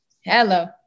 hello